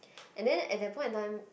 and then at that point in time